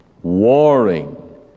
warring